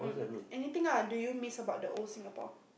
anything ah do you miss about the old Singapore